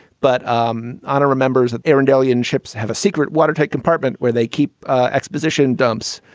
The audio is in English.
but um otto remembers that air and alien ships have a secret watertight compartment where they keep exposition dumps.